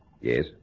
Yes